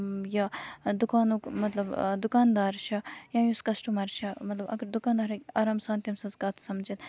یہِ دُکانُک مطلب دُکان دار چھُ یا یُس کَسٹَمَر چھُ مطلب اگر دُکاندار ہیٚکہِ آرام سان تٔمۍ سٕنٛز کَتھ سَمجِتھ